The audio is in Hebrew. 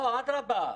לא, אדרבה.